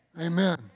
Amen